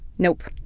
nope.